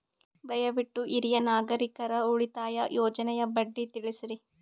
ದಯವಿಟ್ಟು ಹಿರಿಯ ನಾಗರಿಕರ ಉಳಿತಾಯ ಯೋಜನೆಯ ಬಡ್ಡಿ ದರ ತಿಳಸ್ರಿ